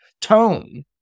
tone